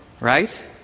Right